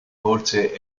forse